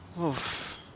Oof